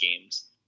games